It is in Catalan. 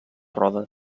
roda